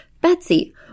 Betsy